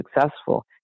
successful